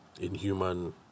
inhuman